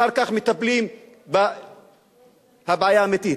אחר כך מטפלים בבעיה האמיתית.